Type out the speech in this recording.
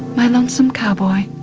my lonesome cowboy,